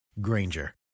Granger